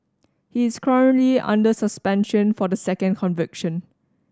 he is currently under suspension for the second conviction